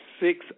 six